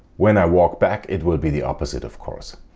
when i walk back it will be the opposite of course.